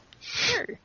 Sure